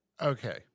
Okay